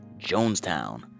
Jonestown